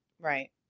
Right